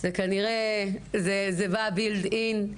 זה כנראה בא בילט-אין.